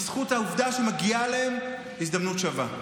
בזכות העובדה שמגיעה להן הזדמנות שווה.